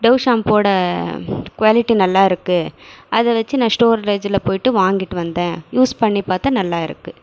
tau ஷாம்போடய quality நல்லா இருக்குது அதை வச்சு நான் ஸ்டோர்லேஜ்ல போய்ட்டு வாங்கிட்டு வந்தேன் யூஸ் பண்ணி பார்த்தேன் நல்லா இருக்குது